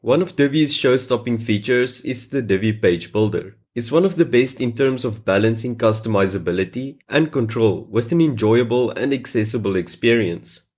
of divi's showstopping features is the divi page builder. it's one of the best in terms of balancing customizability and control with an enjoyable and accessible experience.